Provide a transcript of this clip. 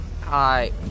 hi